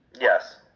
Yes